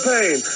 Pain